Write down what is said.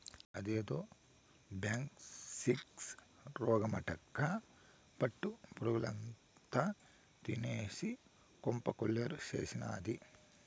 అదేదో బ్యాంబిక్స్ రోగమటక్కా పట్టు పురుగుల్నంతా తినేసి కొంప కొల్లేరు చేసినాది